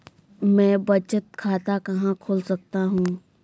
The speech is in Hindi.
मैं बचत खाता कहाँ खोल सकता हूँ?